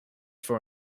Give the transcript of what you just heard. for